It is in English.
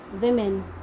women